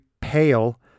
pale